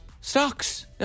Stocks